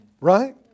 Right